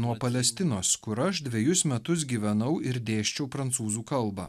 nuo palestinos kur aš dvejus metus gyvenau ir dėsčiau prancūzų kalbą